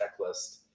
checklist